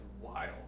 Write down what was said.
wild